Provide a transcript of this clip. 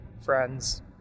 friends